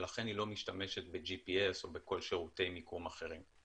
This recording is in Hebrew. ולכן היא לא משתמשת ב-GPS או בכל שירותי מיקום אחרים.